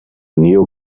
neo